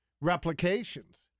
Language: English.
replications